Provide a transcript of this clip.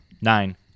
Nine